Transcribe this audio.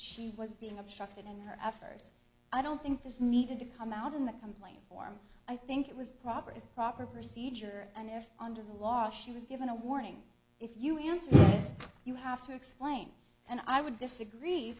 she was being obstructed in her efforts i don't think this needed to come out in the complaint form i think it was proper proper procedure and if under the law she was given a warning if you answer this you have to explain and i would disagree